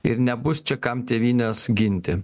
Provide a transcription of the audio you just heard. ir nebus čia kam tėvynės ginti